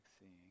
seeing